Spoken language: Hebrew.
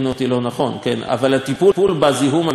אבל הטיפול בזיהום אוויר תחבורתי,